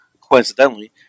coincidentally